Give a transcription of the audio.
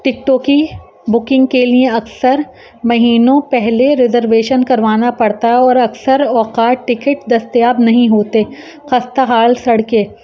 ٹکٹوں کی بکنگ کے لیے اکثر مہینوں پہلے ریزرویشن کروانا پڑتا ہے اور اکثر اوقات ٹکٹ دستیاب نہیں ہوتے خستہ حال سڑکیں